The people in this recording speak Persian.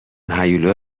هیولا